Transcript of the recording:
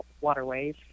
waterways